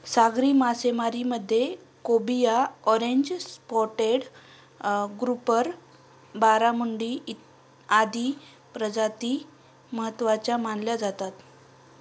सागरी मासेमारीमध्ये cobia, orange spotted grouper, barramundi आदी प्रजाती महत्त्वाच्या मानल्या जातात